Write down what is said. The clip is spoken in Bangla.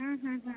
হুম হুম হুম